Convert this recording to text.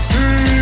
See